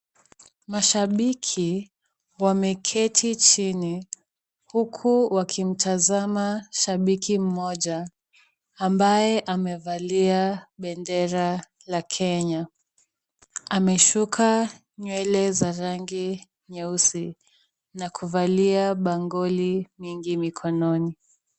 Mashabiki wameketi chini huku wakimtazama shabiki mmoja ambaye amevalia bendera la Kenya. Amesuka nywele za rangi nyeusi na kuvalia bangoli mingi mikononi.